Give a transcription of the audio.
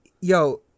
Yo